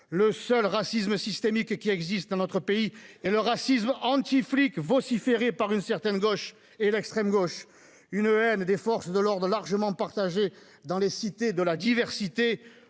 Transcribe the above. Le seul racisme systémique qui existe dans notre pays ... C'est le vôtre !... est le racisme anti-flics vociféré par une certaine gauche et l'extrême gauche. Cette haine des forces de l'ordre est largement partagée dans les cités de la diversité,